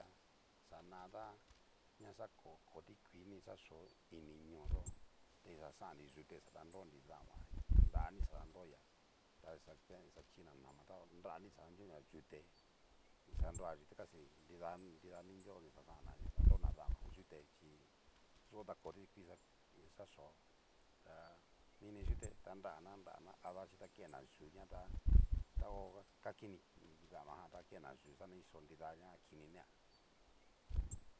Há xana tá ña xako ko tikuii ini ñoo yo'o, te ni xaxan'nri yute ni xa danronri dama, nrari ni xa danronria ta ni xa ke ni xa china nama ta nrari ni xa danroiña yute nixa nroa yute casi nrida nridanri nrio ni xa xanna ni danrona dama, yute chí yo ta ko tikuii ni xa yo'o ta, mini yute ta nrana nrana, adavaxhiki ta kena yúu ta ho kakini damajan ta kena yúu xana kiyó nida na kini nea.